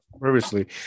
previously